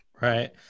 Right